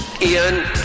Ian